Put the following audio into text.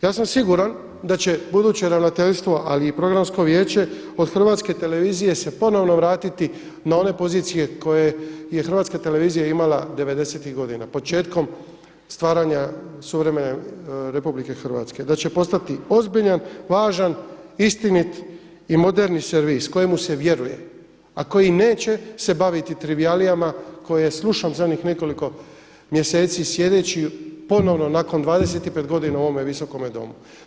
Ja sam siguran da će buduće ravnateljstvo ali i Programsko vijeće od Hrvatske televizije se ponovno vratiti na one pozicije koje je hrvatska televizija imala devedesetih godina, početkom stvaranja suverene RH, da će postati ozbiljan, važan, istinit i moderan servis kojemu se vjeruje, a koji neće se baviti trivijalijama koje slušam zadnjih nekoliko mjeseci sjedeći ponovno nakon 25 godina u ovome Visokome domu.